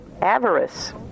avarice